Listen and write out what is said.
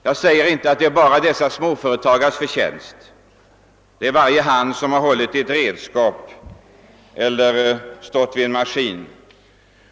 Jag säger inte att detta bara är småföretagarnas förtjänst — förtjänsten tillkommer var och en som har hållit i ett redskap eller stått vid en maskin.